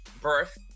birth